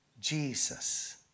Jesus